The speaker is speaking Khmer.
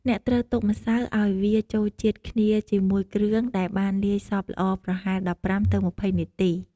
អ្នកត្រូវទុកម្សៅឱ្យវាចូលជាតិគ្នាជាមួយគ្រឿងដែលបានលាយសព្វល្អប្រហែល ១៥ ទៅ ២០ នាទី។